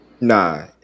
nah